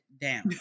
down